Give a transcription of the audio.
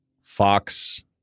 Fox